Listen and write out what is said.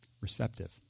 Receptive